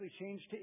changed